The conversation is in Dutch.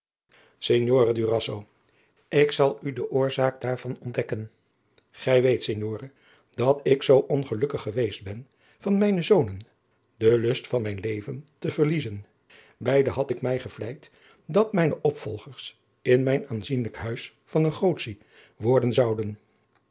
durazzo ik zal u de oorzaak daarvan ontdekken gij weet signore dat ik zoo ongelukkig geweest ben van mijne zonen de lust van mijn leven te verliezen beide had ik mij gevleid dat mijne opvolgers in mijn aanzienlijk huis van negotie worden zouden